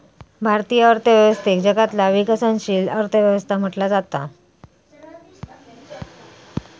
भारतीय अर्थव्यवस्थेक जगातला विकसनशील अर्थ व्यवस्था म्हटला जाता